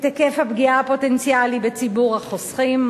היקף הפגיעה הפוטנציאלי בציבור החוסכים,